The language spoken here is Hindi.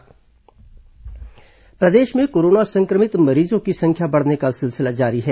कोरोना मरीज प्रदेश में कोरोना सं क्र मित मरीजों की संख्या बढ़ने का सिलसिला जारी है